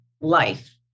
life